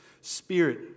Spirit